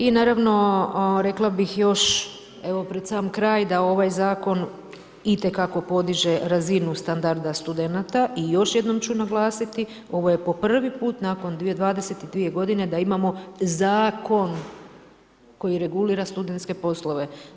I naravno, rekla bih još evo pred sam kraj da ovaj zakon itekako podiže razinu standarda studenata i još jednom ću naglasiti, ovo je po prvi put nakon 22 g. da imamo zakon koji regulira studentske poslove.